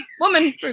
woman